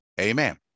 Amen